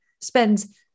spends